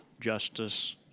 justice